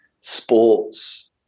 sports